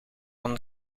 van